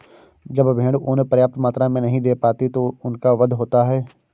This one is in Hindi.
जब भेड़ ऊँन पर्याप्त मात्रा में नहीं दे पाती तो उनका वध होता है